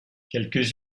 quelques